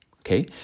Okay